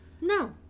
No